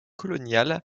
coloniale